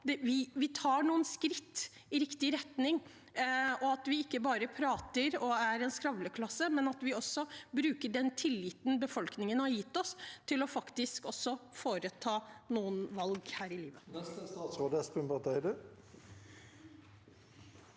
vi tar noen skritt i riktig retning, at vi ikke bare prater og er en skravleklasse, men at vi også bruker den tilliten befolkningen har gitt oss, til faktisk å foreta noen valg her i livet.